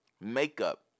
makeup